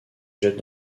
jette